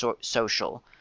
social